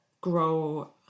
grow